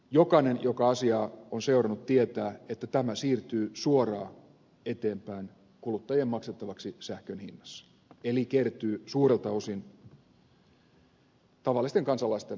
jokainen joka asiaa on seurannut tietää että tämä siirtyy suoraan eteenpäin kuluttajien maksettavaksi sähkön hinnassa eli kertyy suurelta osin tavallisten kansalaisten hoidettavaksi tämäkin